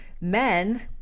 men